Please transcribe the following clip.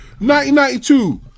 1992